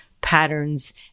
Patterns